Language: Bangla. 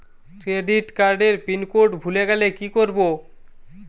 ক্রেডিট কার্ডের পিনকোড ভুলে গেলে কি করব?